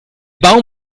baum